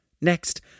Next